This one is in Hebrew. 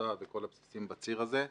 עובדה וכל הבסיסים בציר הזה.